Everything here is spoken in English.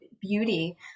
beauty